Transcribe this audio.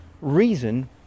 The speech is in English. reason